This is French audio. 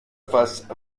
face